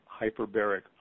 hyperbaric